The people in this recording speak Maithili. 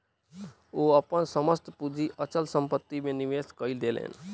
ओ अपन समस्त पूंजी अचल संपत्ति में निवेश कय देलैन